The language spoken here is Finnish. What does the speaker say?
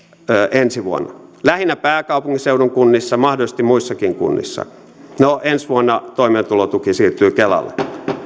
ensi vuonna lähinnä pääkaupunkiseudun kunnissa mahdollisesti muissakin kunnissa no ensi vuonna toimeentulotuki siirtyy kelalle